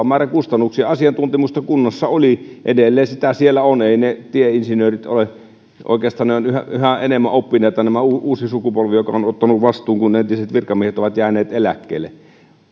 määrä kustannuksia asiantuntemusta kunnissa oli edelleen sitä siellä on tieinsinöörit oikeastaan ovat yhä enemmän oppineita tämä uusi sukupolvi joka on on ottanut vastuun kun entiset virkamiehet ovat jääneet eläkkeelle